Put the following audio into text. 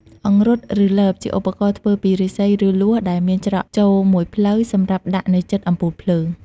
អង្រុត ឬលប ជាឧបករណ៍ធ្វើពីឫស្សី ឬលួសដែលមានច្រកចូលមួយផ្លូវ សម្រាប់ដាក់នៅជិតអំពូលភ្លើង។